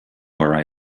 where